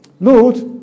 Lord